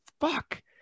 fuck